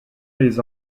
les